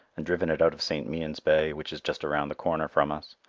and driven it out of st. mien's bay, which is just round the corner from us.